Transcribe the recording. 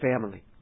family